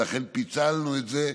ולכן פיצלנו את זה,